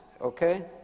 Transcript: okay